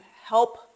help